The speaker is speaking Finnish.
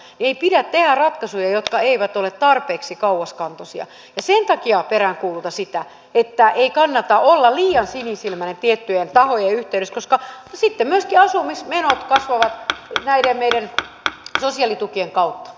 ei pidä tehdä ratkaisuja jotka eivät ole tarpeeksi kauaskantoisia ja sen takia peräänkuulutan sitä että ei kannata olla liian sinisilmäinen tiettyjen tahojen yhteydessä koska sitten myöskin asumismenot kasvavat näiden meidän sosiaalitukien kautta